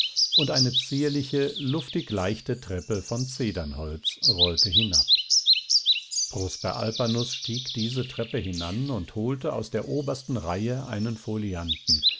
und eine zierliche luftig leichte treppe von zedernholz rollte hinab prosper alpanus stieg diese treppe hinan und holte aus der obersten reihe einen folianten